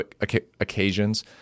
occasions